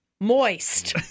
moist